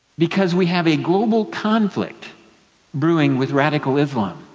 because we have a global conflict brewing with radical islam.